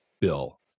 bill